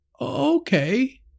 Okay